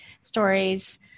stories